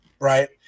right